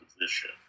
position